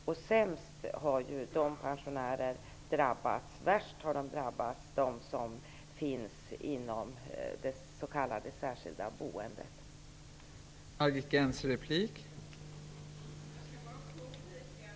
Värst har de pensionärer som finns inom det s.k. särskilda boendet drabbats.